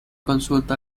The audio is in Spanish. consulta